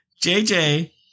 JJ